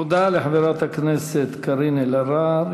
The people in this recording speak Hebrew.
תודה לחברת הכנסת קארין אלהרר.